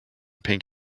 pink